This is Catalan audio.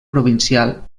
provincial